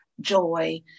joy